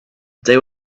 they